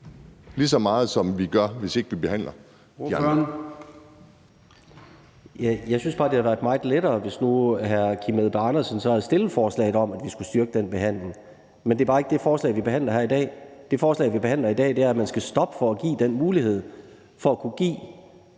lige så meget som vi gør, hvis ikke vi behandler